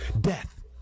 death